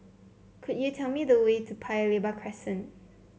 could you tell me the way to Paya Lebar Crescent